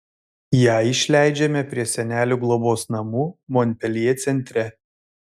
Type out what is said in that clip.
ją išleidžiame prie senelių globos namų monpeljė centre